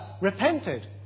repented